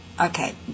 Okay